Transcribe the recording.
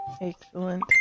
Excellent